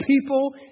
people